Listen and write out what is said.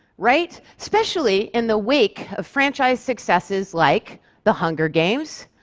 right? especially in the wake of franchise successes like the hunger games,